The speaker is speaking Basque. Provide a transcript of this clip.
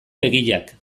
begiak